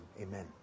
amen